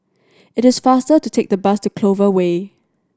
it is faster to take the bus to Clover Way